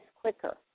quicker